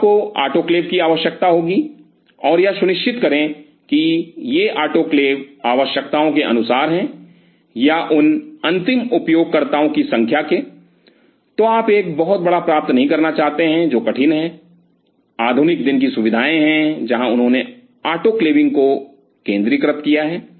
तो आपको आटोक्लेव की आवश्यकता होगी और यह सुनिश्चित करें कि ये आटोक्लेव आवश्यकताओं के अनुसार हैं या उन अंतिम उपयोगकर्ताओं की संख्या के तो आप एक बहुत बड़ा प्राप्त नहीं करना चाहते हैं जो कठिन है आधुनिक दिन की सुविधाएं हैं जहां उन्होंने ऑटोक्लेविंग को केंद्रीकृत किया है